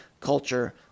culture